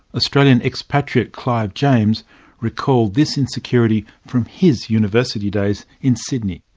australian expatriate clive james recalled this insecurity from his university days in sydney.